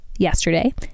Yesterday